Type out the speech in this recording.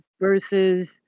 versus